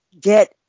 get